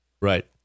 Right